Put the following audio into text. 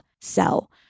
sell